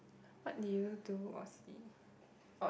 what did you do or see or